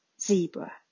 zebra